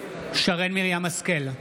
שרן מרים השכל,